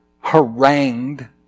harangued